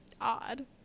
odd